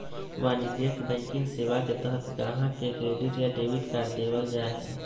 वाणिज्यिक बैंकिंग सेवा के तहत गाहक़ के क्रेडिट या डेबिट कार्ड देबल जा हय